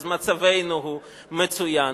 אז מצבנו מצוין.